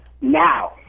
now